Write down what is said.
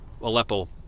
Aleppo